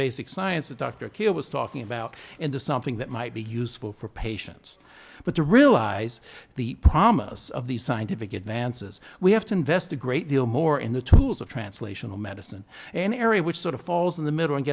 basic science that dr calle was talking about into something that might be useful for patients but to realize the promise of these scientific advances we have to invest a great deal more in the tools of translation of medicine an area which falls in the middle and